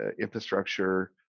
Infrastructure